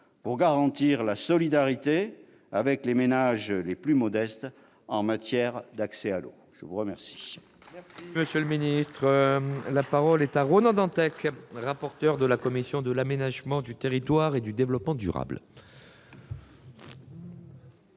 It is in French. pour garantir la solidarité avec les ménages les plus modestes en matière d'accès à l'eau. La parole